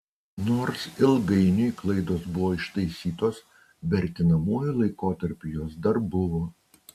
nors ilgainiui klaidos buvo ištaisytos vertinamuoju laikotarpiui jos dar buvo